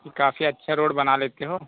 कि काफ़ी अच्छा रोड बना लेते हो